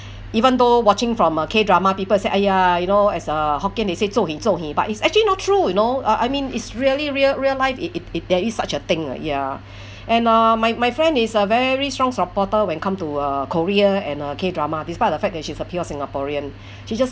even though watching from uh K drama people said !aiya! you know as a hokkien they say but it's actually not true you know uh I mean it's really real real life it it there is such a thing ah ya and ah my my friend is a very strong supporter when come to uh korea and uh K drama despite the fact that she's a pure singaporean she just